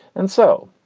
and so,